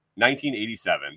1987